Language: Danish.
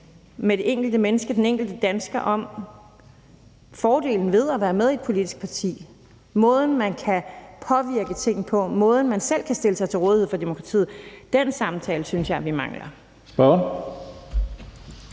med det enkelte menneske, den enkelte dansker, om fordelen ved at være med i et politisk parti – måden, man kan påvirke ting på, og måden, man selv kan stille sig til rådighed for demokratiet på. Den samtale synes jeg vi mangler.